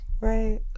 Right